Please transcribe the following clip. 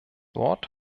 wort